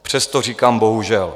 Přesto říkám: bohužel.